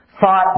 thought